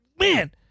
Man